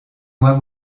moi